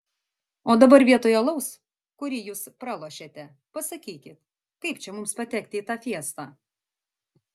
o dabar vietoj alaus kurį jūs pralošėte pasakykit kaip čia mums patekti į tą fiestą